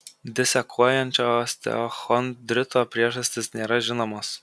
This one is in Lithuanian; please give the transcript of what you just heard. disekuojančio osteochondrito priežastys nėra žinomos